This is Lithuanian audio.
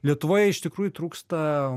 lietuvoje iš tikrųjų trūksta